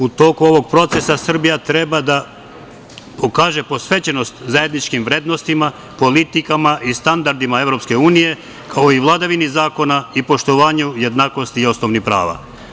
U toku ovog procesa Srbija treba da pokaže posvećenost zajedničkim vrednostima, politikama i standardima EU, kao i vladavini zakona i poštovanju jednakosti osnovnih prava.